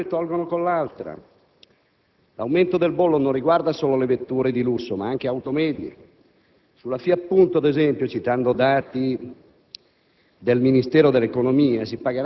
Con questa manovra danno con una mano e tolgono con l'altra. L'aumento del bollo non riguarda solo le vetture di lusso, ma anche le auto medie. Sulla FIAT Punto, per esempio, citando dati